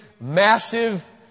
massive